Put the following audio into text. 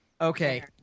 okay